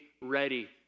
ready